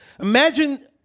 Imagine